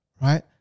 right